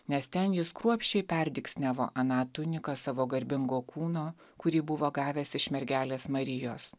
nes ten jis kruopščiai perdygsniavo aną tuniką savo garbingo kūno kurį buvo gavęs iš mergelės marijos